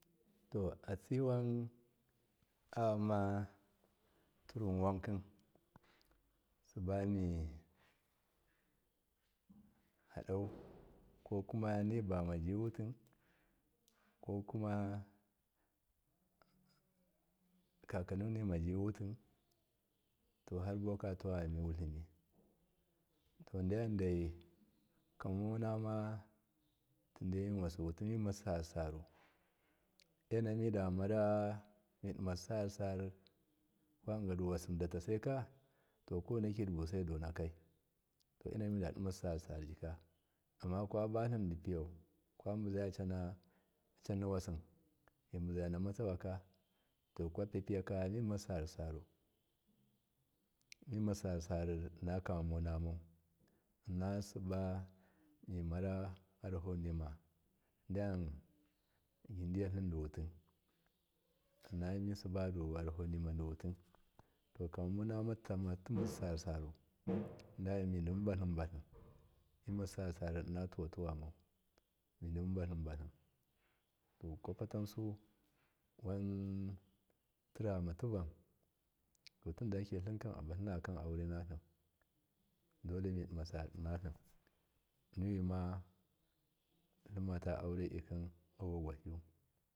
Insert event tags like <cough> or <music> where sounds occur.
To atsiwan ayamaturuwun wankin sibani hadau <noise> ko kuma nibama, jiwatu kokuma kaka nunima jiwuti to harji buwaka tuwama mi witlimi to deyandai kamamaunama tide yinwasiwuti mimasi sar sisaru e namidi mara midima sasar sasar kwadigaduwasin datasaika to ko waineki dibusai donakai to enamida dima sasar sisarjika amna kwabatlindi piyau kwabuzaya canna wai ka dibuzaya na matsawaka to kwapapaipya to mima sasar si saru mima sar saru inna kama mi namau inna siba mimara yaraho nima diyen gidiyatlim diwuti innamisiba yarahonima di wati to kamamo nama ma <noise> sar saru <noise> damami dibubatlibubatli mima sar saru inna tuwatuwa mau midibatlibali to kwapatansu wan tira mativan to tinshike tlinka abatlina kanha aure dole midimasar inna tlim niwima tlima ta aure niknu avagwahi yu.